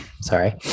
sorry